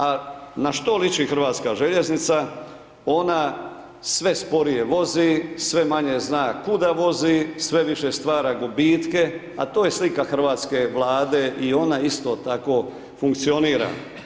A na što liči hrvatska željeznica, ona sve sporije vozi, sve manje zna kuda vozi, sve više stvara gubitke, a to je slika hrvatske vlade i ona isto tako funkcionira.